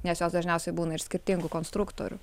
nes jos dažniausiai būna ir skirtingų konstruktorių